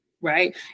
right